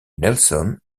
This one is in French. nelson